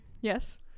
Yes